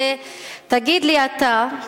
ותגיד לי אתה,